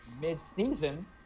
mid-season